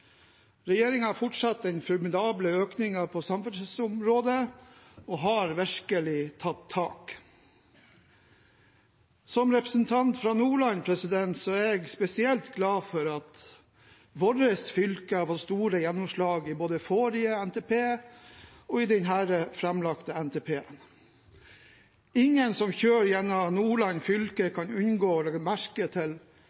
den formidable økningen på samferdselsområdet og har virkelig tatt tak. Som representant fra Nordland er jeg spesielt glad for at vårt fylke har fått store gjennomslag både i forrige NTP og i denne framlagte NTP-en. Ingen som kjører gjennom Nordland fylke,